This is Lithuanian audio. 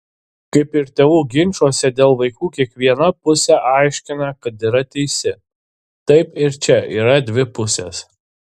kaip ir tėvų ginčuose dėl vaikų kiekviena pusė aiškina kad yra teisi taip ir čia yra dvi pusės